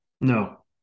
No